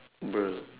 bruh